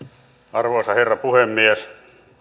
arvoisa herra puhemies